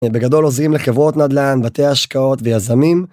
בגדול עוזרים לחברות נדל"ן, בתי השקעות ויזמים.